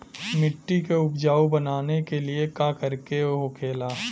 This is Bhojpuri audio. मिट्टी के उपजाऊ बनाने के लिए का करके होखेला?